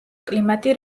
კლიმატი